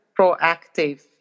proactive